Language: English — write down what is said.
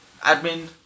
Admin